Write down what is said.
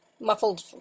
muffled